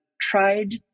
tried